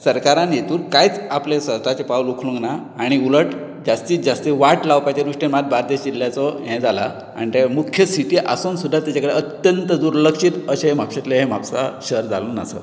सरकारान हेतूत कांयच आपले सवताचे पाऊल उखलूंक ना आनी उलट जास्तीच जास्त वाट लावपाच्या दृश्टीन मात बार्देश जिल्याचो हे जाला मुख्य सिटी आसून सुद्दां तांचे कडेन अत्यंत दुलक्षीत अशें म्हापशेतले हे म्हापश्या शहर जावन आसा